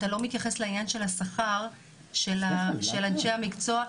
אתה לא מתייחס לשכר של אנשי המקצוע,